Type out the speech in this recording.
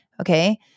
Okay